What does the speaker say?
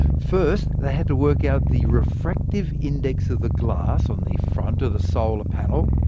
first they had to work out the refractive index of the glass on the front of the solar panel.